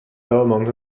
belmont